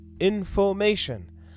information